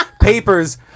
papers